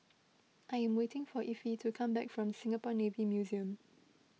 I am waiting for Effie to come back from Singapore Navy Museum